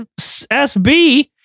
sb